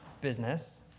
business